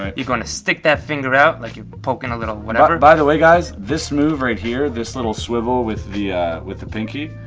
you're going to stick that finger out, like you're pocking a little whatever. by the way, guys, this move right here, this little swivel with the with the pinky,